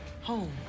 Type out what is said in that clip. Home